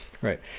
Right